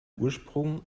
ursprung